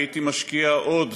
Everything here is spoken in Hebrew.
הייתי משקיע עוד